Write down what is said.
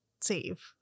save